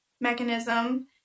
mechanism